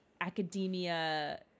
academia